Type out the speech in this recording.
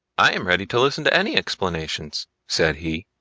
i am ready to listen to any explanations, said he.